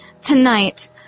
Tonight